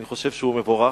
אני חושב שהוא מבורך.